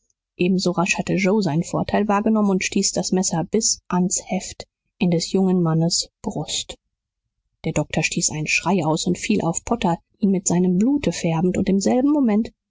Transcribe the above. ebenso rasch hatte joe seinen vorteil wahrgenommen und stieß das messer bis ans heft in des jungen mannes brust der doktor stieß einen schrei aus und fiel auf potter ihn mit seinem blute färbend und im selben moment